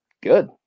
Good